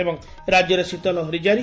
ଏବଂ ରାକ୍ୟରେ ଶୀତଲହରୀ କାରି